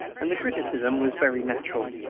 and the criticism was very natural,